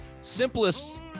simplest